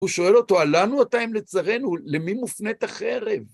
הוא שואל אותו, הלנו אתה אם לצרנו? למי מופנית החרב?